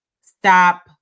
stop